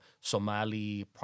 Somali